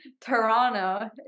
Toronto